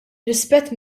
rispett